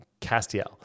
Castiel